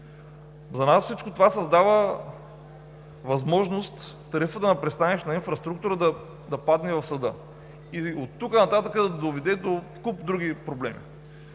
За нас всичко това създава възможност тарифата на „Пристанищна инфраструктура“ да падне в съда и оттук нататък да доведе до куп други проблеми.